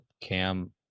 Cam